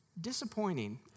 Disappointing